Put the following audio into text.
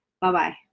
Bye-bye